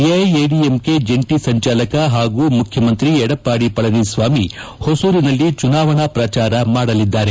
ಎಐಎಡಿಎಂಕೆ ಜಂಟಿ ಸಂಚಾಲಕ ಹಾಗೂ ಮುಖ್ಯಮಂತ್ರಿ ಎಡಪಾಡಿ ಪಳನಿಸ್ವಾಮಿ ಹೊಸೂರಿನಲ್ಲಿ ಚುನಾವಣಾ ಪ್ರಚಾರ ಮಾಡಲಿದ್ದಾರೆ